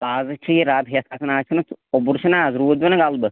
اَز چھُ یہِ رب ہٮ۪تھ کھسان اَز چھُنا سُہ اوٚبُر چھُنا اَز روٗد پیو نا غلبہٕ